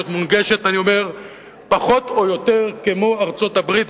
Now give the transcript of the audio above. מונגשת פחות או יותר כמו ארצות-הברית,